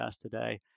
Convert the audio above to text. today